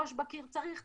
ראש בקיר: צריך,